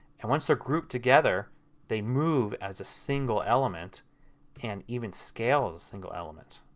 and once they are grouped together they move as a single element and even scale as a single element.